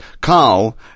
Carl